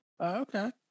okay